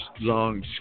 long